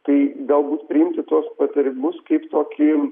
tai galbūt priimti tuos patarimus kaip tokį